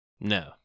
No